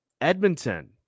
Edmonton